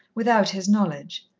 without his knowledge.